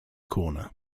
corner